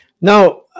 Now